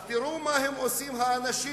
אז תראו מה הם עושים, האנשים